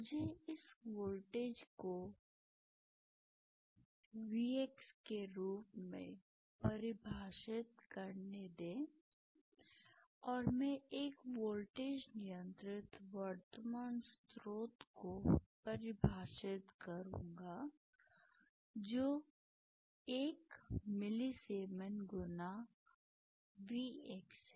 मुझे इस वोल्टेज को Vx के रूप में परिभाषित करने दें और मैं एक वोल्टेज नियंत्रित वर्तमान स्रोत को परिभाषित करूंगा जो कि 1 मिलीसीमेन गुना Vx है